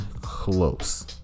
Close